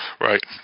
Right